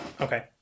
Okay